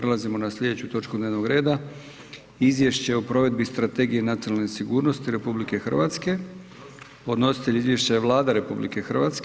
Prelazimo na sljedeću točku dnevnog reda. - Izvješće o provedbi Strategije nacionale sigurnosti RH; Podnositelj izvješća je Vlada RH.